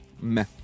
Meh